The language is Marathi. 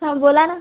हं बोला ना